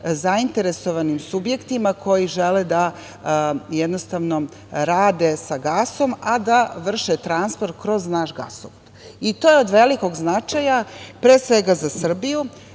zainteresovanim subjektima koji žele da rade sa gasom, a da vrše transport kroz naš gasovod. To je od velikog značaja za Srbiju,